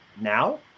now